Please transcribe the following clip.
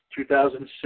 2006